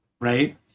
right